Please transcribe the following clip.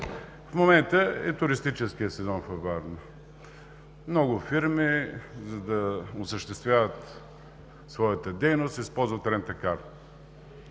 В момента е туристическият сезон във Варна. Много фирми, за да осъществяват своята дейност, използват рент а кар.